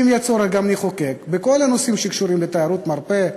אם יהיה צורך גם נחוקק בכל הנושאים שקשורים לתיירות מרפא,